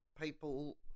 people